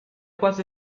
quasi